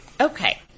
Okay